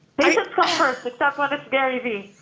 they take preference except when it's gary vee.